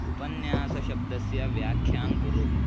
उपन्यासशब्दस्य व्याख्यां कुरु